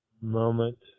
moment